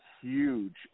huge